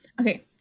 Okay